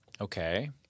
Okay